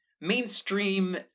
mainstream